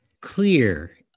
clear